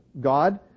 God